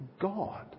God